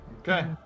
Okay